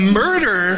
murder